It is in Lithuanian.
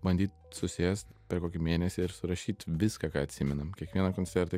bandyt susėst per kokį mėnesį ir surašyt viską ką atsimenam kiekvieną koncertą